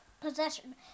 possession